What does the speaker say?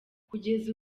kugeza